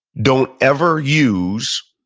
don't ever use